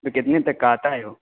تو کتنے تک کا آتا ہے وہ